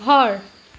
ঘৰ